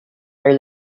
are